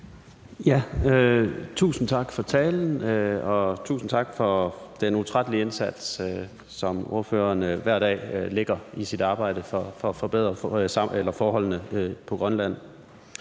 (V): Tusind tak for talen, og tusind tak for den utrættelige indsats, som ordføreren hver dag lægger i sit arbejde for at forbedre forholdene på Grønland.